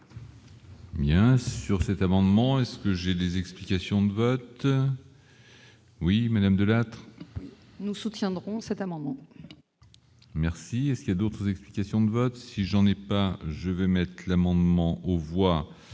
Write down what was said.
Bien sûr, cet amendement est-ce que j'aie des explications de vote. Oui Madame Delatte. Oui. Nous soutiendrons cet amendement. Merci, ce qui a d'autres explications de vote si j'en ai pas je vais mettent l'amendement, on voit